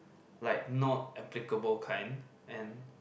like not applicable kind and